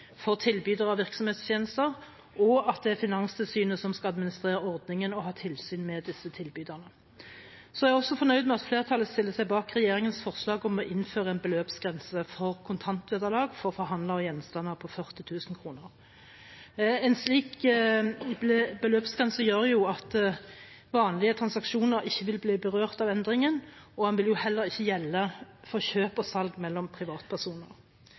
for tilbydere av virksomhetstjenester, og at det er Finanstilsynet som skal administrere ordningen og ha tilsyn med disse tilbyderne. Jeg er også fornøyd med at flertallet stiller seg bak regjeringens forslag om å innføre en beløpsgrense for kontantvederlag for forhandlere av gjenstander, på 40 000 kr. En slik beløpsgrense gjør at vanlige transaksjoner ikke vil bli berørt av endringen, og den vil heller ikke gjelde for kjøp og salg mellom privatpersoner.